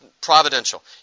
providential